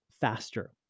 faster